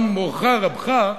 גם מורך, רבך,